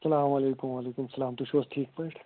اَسلامُ علیکُم وعلیکُم سلام تُہۍ چھُو حظ ٹھیٖک پٲٹھۍ